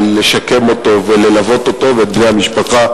לשקם אותו וללוות אותו ואת בני המשפחה.